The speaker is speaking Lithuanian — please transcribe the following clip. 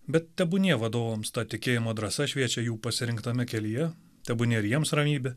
bet tebūnie vadovams ta tikėjimo drąsa šviečia jų pasirinktame kelyje tebūnie ir jiems ramybė